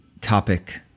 topic